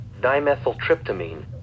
Dimethyltryptamine